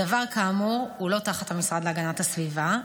הדבר, כאמור, הוא לא תחת המשרד להגנת הסביבה.